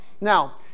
Now